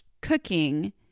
cooking